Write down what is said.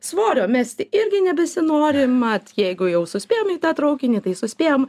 svorio mesti irgi nebesinori mat jeigu jau suspėjom į tą traukinį tai suspėjom